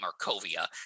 Markovia